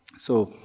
so,